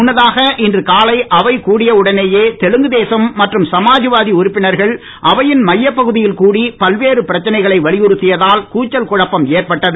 முன்னதாக இன்று காலை அவைக் கூடிய உடனேயே தெலுங்கு தேசம் மற்றும் சமாத்வாதி உறுப்பினர்கள் அவையின் மையப்பகுதியில் கூடி பல்வேறு பிரச்சனைகளை வலியுறுத்தியதால் கூச்சல் குழப்பம் ஏற்பட்டது